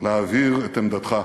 להבהיר את עמדתך.